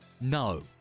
no